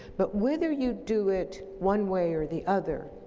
but whether you do it one way or the other,